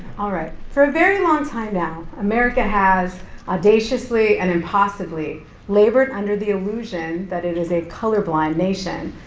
all right, for a very long time now, america has audaciously and impossibly labored under the illusion that it is a colorblind nation,